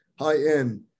high-end